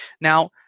Now